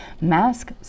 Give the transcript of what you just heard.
Mask